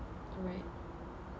right